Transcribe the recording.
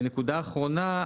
ונקודה אחרונה,